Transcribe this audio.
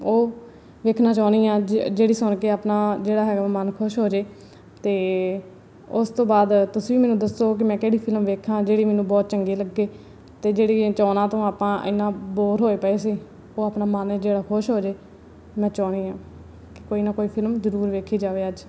ਉਹ ਵੇਖਣਾ ਚਾਹੁੰਦੀ ਹਾਂ ਜ ਜਿਹੜੀ ਸੁਣ ਕੇ ਆਪਣਾ ਜਿਹੜਾ ਹੈਗਾ ਮਨ ਖੁਸ਼ ਹੋਜੇ ਅਤੇ ਉਸ ਤੋਂ ਬਾਅਦ ਤੁਸੀਂ ਮੈਨੂੰ ਦੱਸੋ ਕਿ ਮੈਂ ਕਿਹੜੀ ਫਿਲਮ ਵੇਖਾਂ ਜਿਹੜੀ ਮੈਨੂੰ ਬਹੁਤ ਚੰਗੀ ਲੱਗੇ ਅਤੇ ਜਿਹੜੀ ਚੋਣਾਂ ਤੋਂ ਆਪਾਂ ਇੰਨਾ ਬੋਰ ਹੋਏ ਪਏ ਸੀ ਉਹ ਆਪਣਾ ਮਨ ਜਿਹੜਾ ਖੁਸ਼ ਹੋਜੇ ਮੈਂ ਚਾਹੁੰਦੀ ਹਾਂ ਕੋਈ ਨਾ ਕੋਈ ਫਿਲਮ ਜ਼ਰੂਰ ਵੇਖੀ ਜਾਵੇ ਅੱਜ